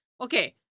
okay